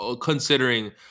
Considering